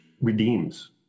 redeems